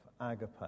agape